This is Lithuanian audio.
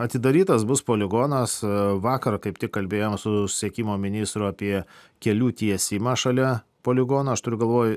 atidarytas bus poligonas vakar kaip tik kalbėjom su susisiekimo ministru apie kelių tiesimą šalia poligono aš turiu galvoj